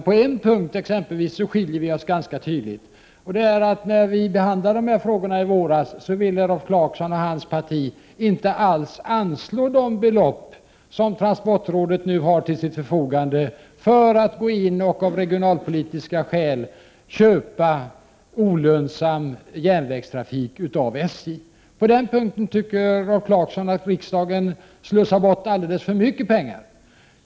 På t.ex. en punkt skiljer vi oss ganska tydligt, nämligen att när dessa frågor behandlades i våras ville Rolf Clarkson och hans parti inte alls anslå de belopp som transportrådet nu har till sitt förfogande för att gå in och av regionalpolitiska skäl köpa olönsam järnvägstrafik av SJ. På den punkten tycker Rolf Clarkson att riksdagen slösar bort alldeles för mycket pengar.